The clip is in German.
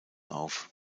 auf